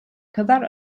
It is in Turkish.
kadar